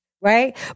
right